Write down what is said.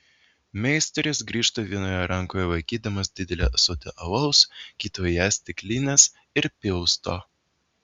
meisteris grįžta vienoje rankoje laikydamas didelį ąsotį alaus kitoje stiklines ir pilsto